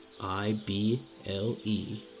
i-b-l-e